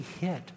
hit